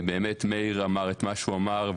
מאיר אמר את מה שהוא אמר,